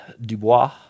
Dubois